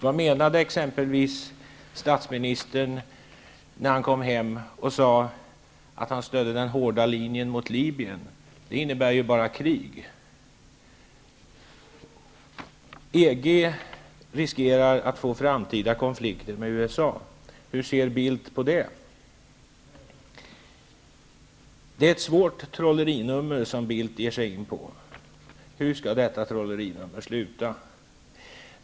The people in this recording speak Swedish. Vad menade exempelvis statsministern när han kom hem och sade att han stödde den hårda linjen mot Libyen? Det innebär ju bara krig. EG riskerar att få framtida konflikter med USA. Hur ser Bildt på det? Det är ett svårt trollerinummer som Bildt ger sig in på. Hur skall detta trollerinummer sluta?